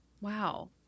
wow